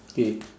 okay